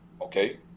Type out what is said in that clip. Okay